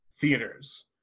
theaters